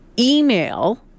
email